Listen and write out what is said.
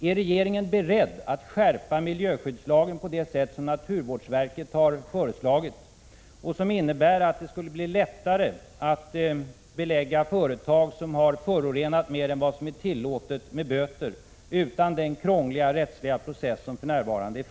Är regeringen beredd att skärpa miljöskyddslagen på det sätt som naturvårdsverket har föreslagit och som innebär att det skulle bli lättare att belägga företag, som har förorenat mer än vad som är tillåtet, med böter — utan den krångliga rättsliga process som nu förekommer?